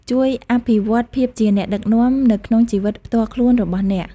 ជួយ អភិវឌ្ឍភាពជាអ្នកដឹកនាំ នៅក្នុងជីវិតផ្ទាល់ខ្លួនរបស់អ្នក។